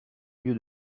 lieu